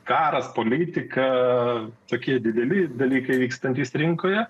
karas politika tokie dideli dalykai vykstantys rinkoje